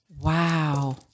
Wow